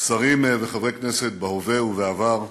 שרים וחברי הכנסת בהווה ובעבר,